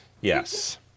Yes